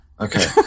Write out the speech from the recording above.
Okay